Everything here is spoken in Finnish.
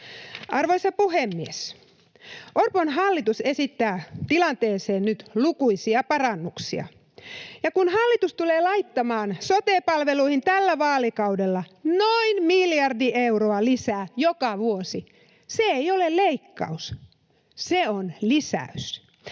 Arvoisa puhemies! Orpon hallitus esittää tilanteeseen nyt lukuisia parannuksia. Ja kun hallitus tulee laittamaan sote-palveluihin tällä vaalikaudella noin miljardi euroa lisää joka vuosi, se ei ole leikkaus, se on lisäys.